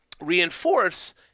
reinforce